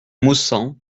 maussangs